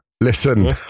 Listen